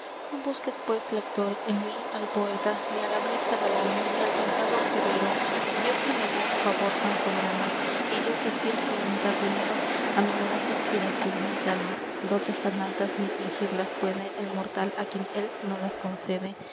no busques pues lector en mí al poeta ni al hablista galano ni al pensador severo dios me negó favor tan soberano y yo que fiel su voluntad venero á mi modesta inspiracion me allano dotes tan altas ni fingirlas puede el mortal á quien él no las concede